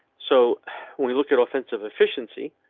so when we look at offensive efficiency,